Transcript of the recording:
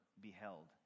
beheld